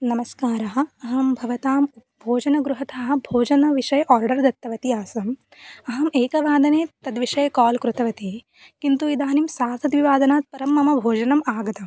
नमस्कारः अहं भवतां भोजनगृहतः भोजनविषये आर्डर् दत्तवती आसम् अहम् एकवादने तद् विषये काल् कृतवती किन्तु इदानीं सार्धद्विवादनात् परं मम भोजनम् आगतं